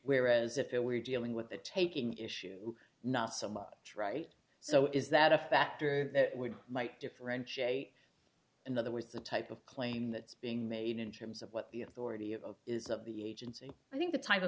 whereas if it were dealing with the taking issue not so much right so is that a factor that we might differentiate another with the type of claim that's being made in terms of what the authority of is of the agency and i think the t